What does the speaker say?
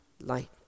light